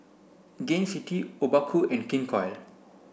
Gain City Obaku and King Koil